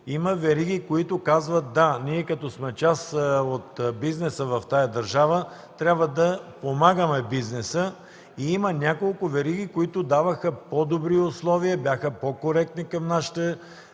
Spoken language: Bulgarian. Има вериги, които казват – да, ние като част от бизнеса в тази държава, трябва да подпомагаме бизнеса. Има няколко вериги, които даваха по-добри условия и бяха по-коректни към нашите